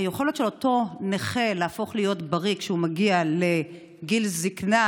היכולת של אותו נכה להפוך להיות בריא כשהוא מגיע לגיל זקנה